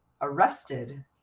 arrested